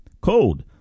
Cold